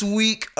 week